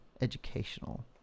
educational